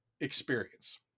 experience